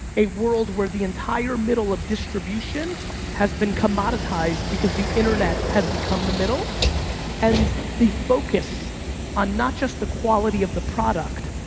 a world where the entire middle of distribution has been commoditized because the internet has become the middle and the focus on not just the quality of the product,